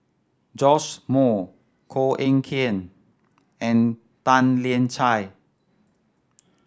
Joash Moo Koh Eng Kian and Tan Lian Chye